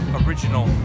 original